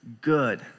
good